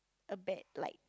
a bad like